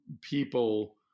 people